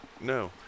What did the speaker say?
No